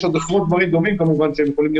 יש עוד עשרות דברים דומים שיכולים להיות